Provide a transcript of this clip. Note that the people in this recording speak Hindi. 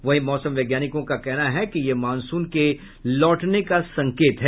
वहीं मौसम वैज्ञानिकों का कहना है कि यह मॉनसून के लौटने का संकेत है